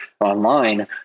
online